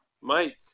Mike